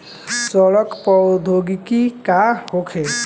सड़न प्रधौगिकी का होखे?